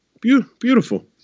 Beautiful